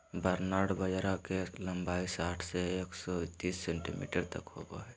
barnyard बाजरा के लंबाई साठ से एक सो तिस सेंटीमीटर तक होबा हइ